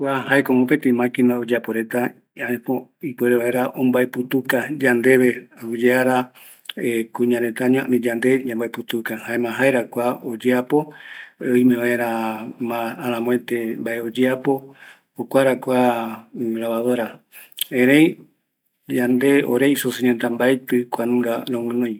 Kua jaeko mopetɨ maquina oyapo reta ipuere vaera ombaeputuka yandeve, aguiyeara kuñareta ani yande yambaeoutuka, jaema jaera kua oyeapo, oime vaera aramoetë mbae oyeapo, jokuara kua lavadora, erei ore isoseñoreta mbaetɨ kuanunga roguinoi